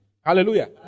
Hallelujah